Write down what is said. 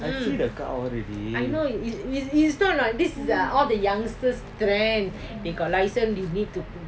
I see the car all already